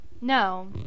No